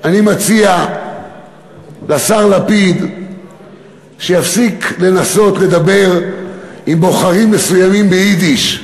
אני מציע לשר לפיד שיפסיק לנסות לדבר עם בוחרים מסוימים ביידיש.